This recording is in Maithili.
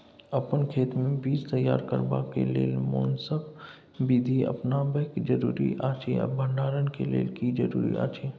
अपन खेत मे बीज तैयार करबाक के लेल कोनसब बीधी अपनाबैक जरूरी अछि आ भंडारण के लेल की जरूरी अछि?